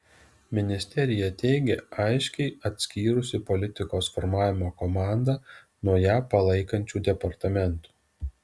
ministerija teigia aiškiai atskyrusi politikos formavimo komandą nuo ją palaikančių departamentų